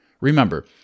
Remember